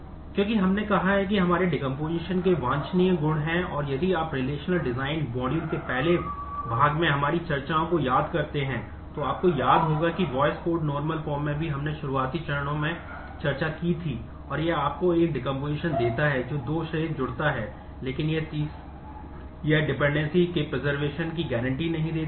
क्योंकि हमने कहा है कि हमारे डेकोम्पोसिशन होता है